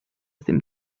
seem